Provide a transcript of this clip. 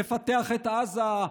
נפתח את עזה,